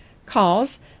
Calls